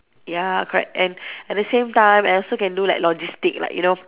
ya correct and at the same time I also can do like logistics like you know